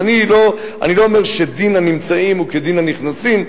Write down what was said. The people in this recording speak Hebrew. אז אני לא אומר שדין הנמצאים כדין הנכנסים,